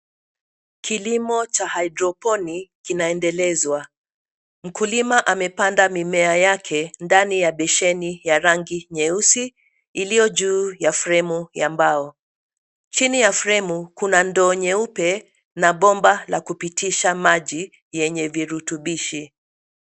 Kilimo cha hydroponic kinaendelezwa. Mkulima amepanda mimea yake ndani ya besheni ya rangi nyeusi iliyo juu ya fremu ya mbao. Chini ya fremu kuna ndoo nyeupe na bomba la kupitisha maji yenye virutubishi.